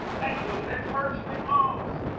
that moves, that's merch that moves.